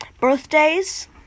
Birthdays